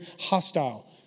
hostile